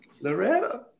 Loretta